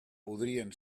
podrien